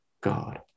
God